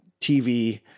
TV